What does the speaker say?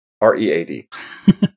R-E-A-D